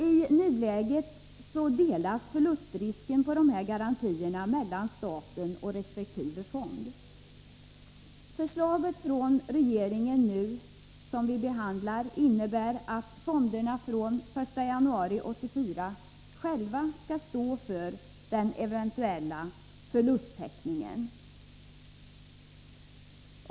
I nuläget delas förlustrisken på dessa garantier lika mellan staten och resp. fond. Det förslag från regeringen som vi nu behandlar innebär att fonderna från den 1 januari 1984 själva skall stå för den eventuella förlusttäckningen.